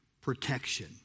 protection